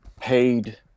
paid